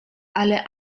ale